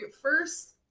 first